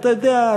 אתה יודע,